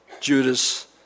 Judas